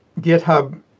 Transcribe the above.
GitHub